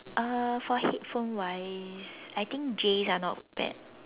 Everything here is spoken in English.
uh for headphone wise I think Js are not bad